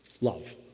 love